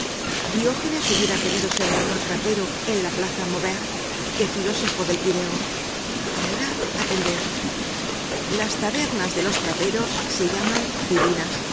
son sibaritas diógenes hubiera querido ser mejor trapero en la plaza maubert que filósofo del pireo ahora atended las tabernas de los traperos se llaman bibinas